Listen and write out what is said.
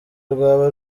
rwaba